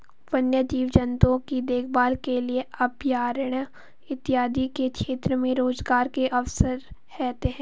वन्य जीव जंतुओं की देखभाल के लिए अभयारण्य इत्यादि के क्षेत्र में रोजगार के अवसर रहते हैं